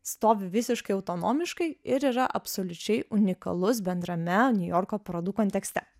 stovi visiškai autonomiškai ir yra absoliučiai unikalus bendrame niujorko parodų kontekste